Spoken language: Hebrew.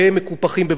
רבני שכונות.